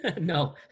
No